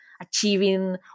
achieving